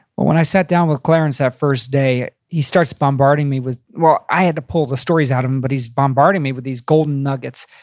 when when i sat down with clarence that first day, he starts bombarding me with, i had to pull the stories out of him, but he's bombarding me with these golden nuggets.